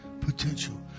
potential